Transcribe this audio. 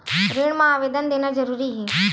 ऋण मा आवेदन देना जरूरी हे?